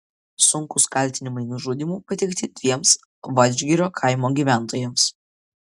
sunkūs kaltinimai nužudymu pateikti dviem vadžgirio kaimo gyventojams